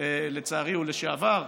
לצערי הוא לשעבר,